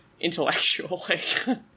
intellectually